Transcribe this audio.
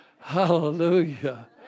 Hallelujah